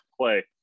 play